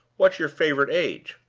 what's your favorite age?